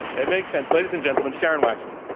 it makes sense, ladies and gentlemen, sharon waxman.